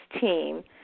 team